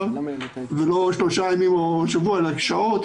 ולא שלושה ימים או שבוע אחרי אלא שעות,